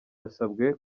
yasabwe